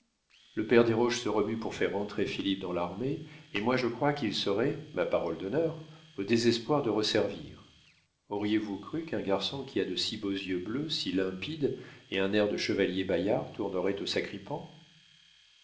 le père desroches se remue pour faire rentrer philippe dans l'armée et moi je crois qu'il serait ma parole d'honneur au désespoir de reservir auriez-vous cru qu'un garçon qui a de si beaux yeux bleus si limpides et un air de chevalier bayard tournerait au sacripan